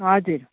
हजुर